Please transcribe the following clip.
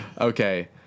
okay